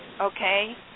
okay